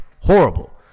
horrible